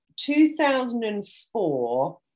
2004